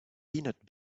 peanut